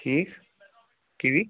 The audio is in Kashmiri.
ٹھیٖک کِوِی